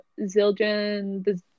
zildjian